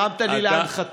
הרמת לי להנחתה.